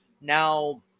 Now